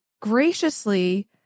graciously